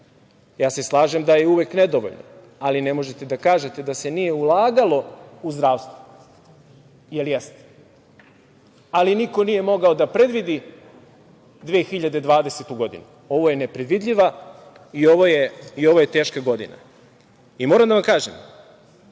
Slažem se da je uvek nedovoljan, ali ne možete da kažete da se nije ulagalo u zdravstvo, jel jeste, ali niko nije mogao da predvidi 2020. godinu, ovo je nepredvidljiva i ovo je teška godina. Moram da vam kažem,